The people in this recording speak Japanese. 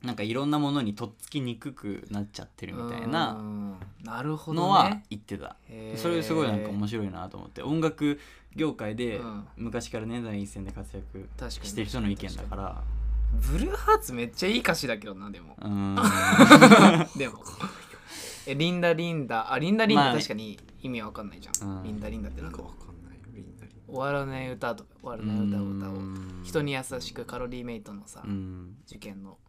なんかいろんなものにとっつきにくくなっちゃってるみたいなうーん。なるほどね。のは言ってた。それすごいなんかへー。面白いなと思って。音楽業界でうん。昔からね、第一線で活躍確かに、してる人の確かに、意見だから。確かに。ブルーハーツめっちゃいい歌詞だけどな、でも。うーん。 でも。え、リンダリンダ。あ、リンダリンダ確かに意味わかんないじゃん。まあね。リンダリンダってなんかわかんない。うん。リンダリンダリンダ。終わらない歌と、終わらない歌を歌おうと。うーん。人に優しくカロリーメイトのさ、うん。受験の。